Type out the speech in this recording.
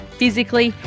physically